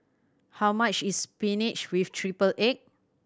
how much is spinach with triple egg